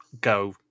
go